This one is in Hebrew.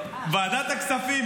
ועדת הכספים,